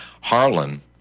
Harlan